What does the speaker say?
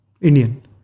Indian